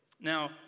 Now